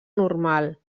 normal